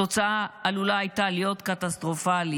התוצאה עלולה הייתה להיות קטסטרופלית".